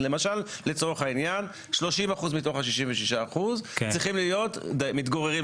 למשל לצורך העניין 30% מתוך ה-66% צריכים להיות מתגוררים.